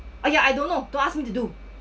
!aiya! I don't know don't ask me to do